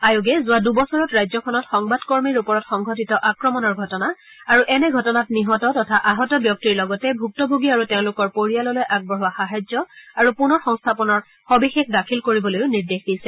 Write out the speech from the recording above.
আয়োগে যোৱা দুবছৰত ৰাজ্যখনত সংবাদ কৰ্মীৰ ওপৰত সংঘটিত আক্ৰমণৰ ঘটনা আৰু এনে ঘটনাত নিহত তথা আহত ব্যক্তিৰ লগতে ভূক্তভোগী আৰু তেওঁলোকৰ পৰিয়াললৈ আগবঢ়োৱা সাহায্য আৰু পূনৰ সংস্থাপনৰ সবিশেষ দাখিল কৰিবলৈ নিৰ্দেশ দিছে